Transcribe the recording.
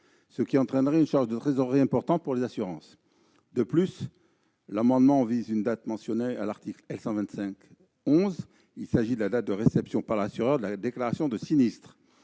ce qui entraînerait une charge de trésorerie importante pour les assurances. De plus, l'amendement vise une date mentionnée à l'article L. 125-11 du code des assurances : il s'agit de la date de réception par l'assureur de la déclaration de sinistre.